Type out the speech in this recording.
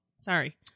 Sorry